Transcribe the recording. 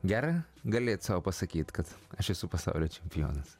gera galėt sau pasakyt kad aš esu pasaulio čempionas